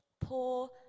poor